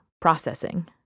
processing